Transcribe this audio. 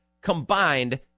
combined